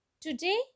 Today